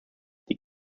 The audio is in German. die